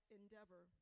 endeavor